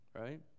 Right